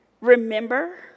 Remember